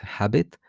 habit